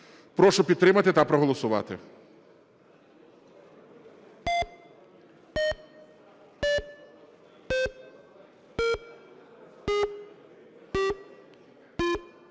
Прошу підтримати та проголосувати.